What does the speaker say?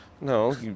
no